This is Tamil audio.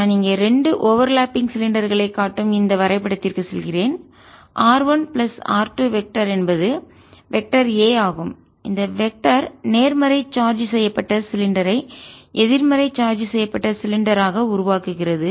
நான் இங்கே 2 ஓவர்லப்பிங் ஒன்றுடன் ஒன்று சிலிண்டர்களை காட்டும் இந்த வரைபடத்திற்கு செல்கிறேன் r 1 பிளஸ் r 2 வெக்டர் என்பது வெக்டர் a ஆகும்இந்த வெக்டர் நேர்மறையாக சார்ஜ் செய்யப்பட்ட சிலிண்டரை எதிர்மறையாக சார்ஜ் செய்யப்பட்ட சிலிண்டர் உருளை ஆக உருவாக்குகிறது